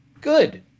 Good